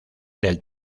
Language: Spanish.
del